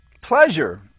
pleasure